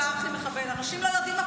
אנשים לא יודעים.